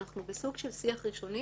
אנחנו בסוג של שיח ראשוני